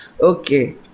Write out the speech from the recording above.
Okay